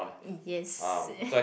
it yes